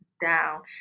down